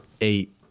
eight